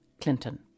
Clinton